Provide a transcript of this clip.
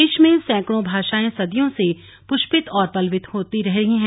देश में सैंकड़ों भाषायें सदियों से पुषपित और पल्वित होती रही हैं